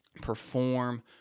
perform